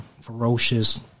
ferocious